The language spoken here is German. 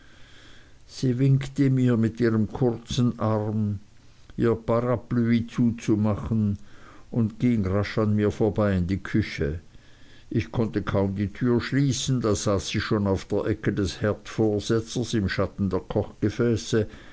sie winkte mir mit ihrem kurzen arm ihr parapluie zuzumachen und ging rasch an mir vorbei in die küche ich konnte kaum die türe schließen da saß sie schon auf der ecke des herdvorsetzers im schatten der